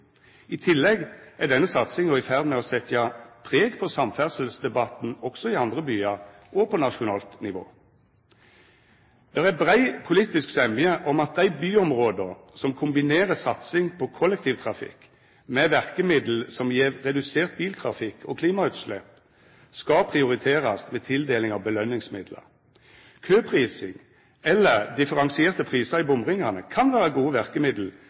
I tillegg er denne satsinga i ferd med å setja preg på samferdselsdebatten også i andre byar, og på nasjonalt nivå. Det er brei politisk semje om at dei byområda som kombinerer satsing på kollektivtrafikk med verkemiddel som gjev redusert biltrafikk og klimautslepp, skal prioriterast ved tildeling av belønningsmidlar. Køprising eller differensierte prisar i bomringane kan vera gode verkemiddel